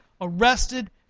arrested